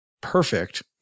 perfect